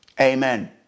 Amen